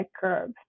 curve